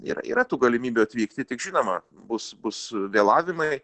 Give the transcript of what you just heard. ir yra tų galimybių atvykti tik žinoma bus bus vėlavimai